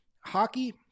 hockey